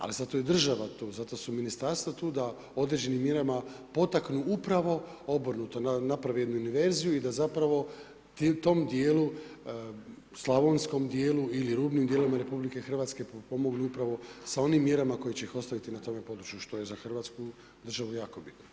Ali, zato je država tu, zato su ministarstva tu, da određenim mjerama potaknu upravo obrnuto, da naprave jednu inverziju i da zapravo tom dijelu, slavonskom dijelu ili rubnim dijelom RH, potpomognu upravo sa onim mjerama koji će ih ostaviti na tome području, što je za Hrvatsku državu jako bitno.